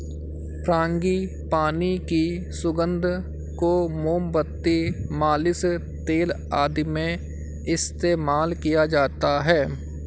frangipani की सुगंध को मोमबत्ती, मालिश तेल आदि में इस्तेमाल किया जाता है